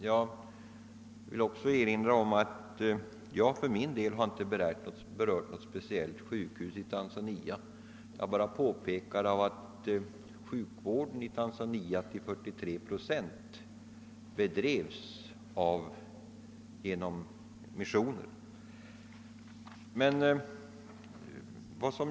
Jag erinrar också om att jag inte har nämnt något speciellt sjukhus i Tanzania, utan att jag påpekade att sjukvården där till 43 procent bedrivs genom missionen.